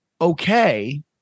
Okay